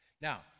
Now